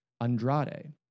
Andrade